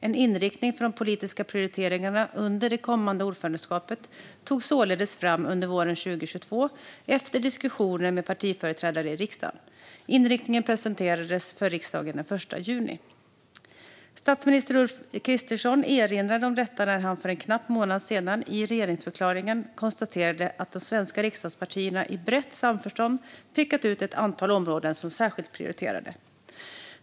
En inriktning för de politiska prioriteringarna under det kommande ordförandeskapet togs således fram under våren 2022 efter diskussioner med partiföreträdare i riksdagen. Inriktningen presenterades för riksdagen den 1 juni. Statsminister Ulf Kristersson erinrade om detta när han för en knapp månad sedan i regeringsförklaringen konstaterade att de svenska riksdagspartierna i brett samförstånd pekat ut ett antal områden som särskilt prioriterade.